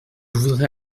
voudrais